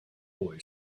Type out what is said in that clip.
boy